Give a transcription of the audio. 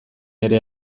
ere